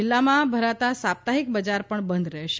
જિલ્લામાં ભરાતા સાપ્તાહિક બજાર પણ બંધ રહેશે